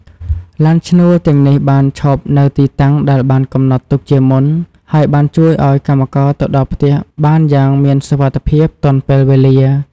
ឡានឈ្នួលទាំងនេះបានឈប់នៅទីតាំងដែលបានកំណត់ទុកជាមុន ហើយបានជួយឱ្យកម្មករទៅដល់ផ្ទះបានយ៉ាងមានសុវត្ថិភាពទាន់ពេលវេលា។